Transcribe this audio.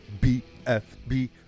BFB